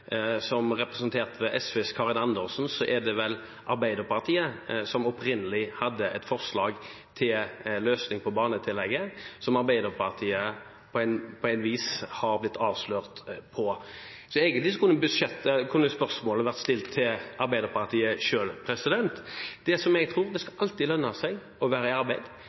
offentlige, representert ved SVs Karin Andersen, er det vel Arbeiderpartiet som opprinnelig hadde et forslag til løsning på barnetillegget som Arbeiderpartiet på et vis har blitt avslørt på. Så egentlig kunne spørsmålet vært stilt til Arbeiderpartiet selv. Det som jeg tror, er at det alltid skal lønne seg å være i arbeid.